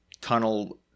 tunnel